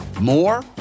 more